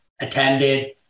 attended